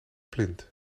plint